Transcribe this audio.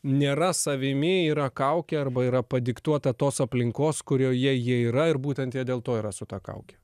nėra savimi yra kaukė arba yra padiktuota tos aplinkos kurioje jie yra ir būtent jie dėl to yra su ta kauke